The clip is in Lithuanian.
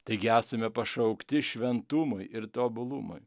taigi esame pašaukti šventumui ir tobulumui